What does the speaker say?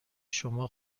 شما